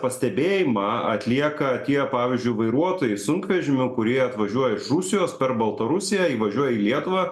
pastebėjimą atlieka tie pavyzdžiui vairuotojai sunkvežimių kurie atvažiuoja iš rusijos per baltarusiją įvažiuoja į lietuvą